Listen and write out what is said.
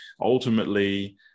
ultimately